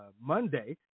Monday